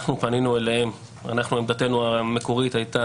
אנחנו פנינו אליהם עמדתנו המקורית היתה